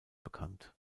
bekannt